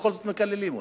ובכל זאת מקללים אותו.